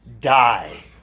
die